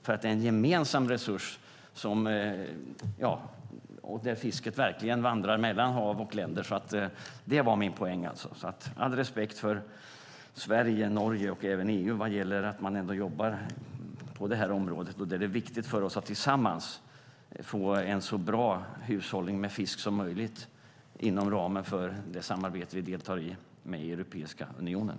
Fisken är ju en gemensam resurs som verkligen vandrar mellan hav och länder. Det var det som var min poäng. All respekt för Sverige, Norge och även EU vad gäller att man ändå jobbar på det här området, och då är det viktigt för oss att tillsammans få en så bra hushållning med fisk som möjligt inom ramen för det samarbete vi deltar i med Europeiska unionen.